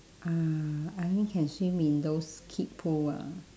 uh I only can swim in those kid pool ah